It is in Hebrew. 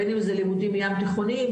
בין אם זה לימודים ים תיכוניים,